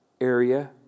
area